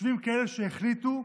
יושבים כאלו שהחליטו,